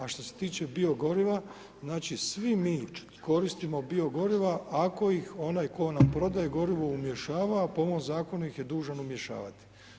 A što se tiče biogoriva znači svi mi koristimo biogoriva ako ih onaj tko nam prodaje gorivo umješava a po ovom zakonu ih je dužan umješavati.